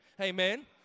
Amen